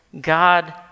God